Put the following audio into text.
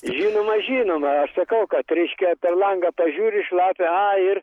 žinoma žinoma aš sakau kad reiškia per langą pažiūri šlapia a ir